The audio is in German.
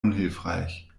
unhilfreich